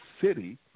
city